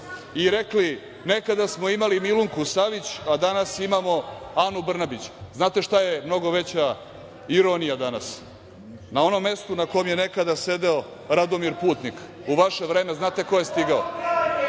i rekli – nekada smo imali Milunku Savić, a danas imamo Anu Brnabić. Znate šta je mnogo veća ironija danas? Na onom mestu na kom je nekada sedeo Radomir Putnik, u vaše vreme znate ko je stigao?